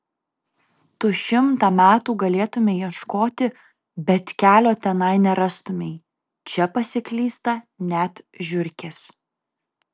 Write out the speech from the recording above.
tu šimtą metų galėtumei ieškoti bet kelio tenai nerastumei čia pasiklysta net žiurkės